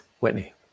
Whitney